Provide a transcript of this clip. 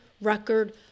record